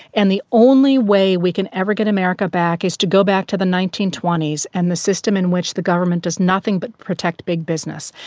and the only way we can ever get america back is to go back to the nineteen twenty s and the system in which the government does nothing but protect big business.